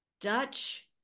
Dutch